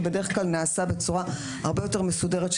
שבדרך כלל נעשה בצורה הרבה יותר מסודרת,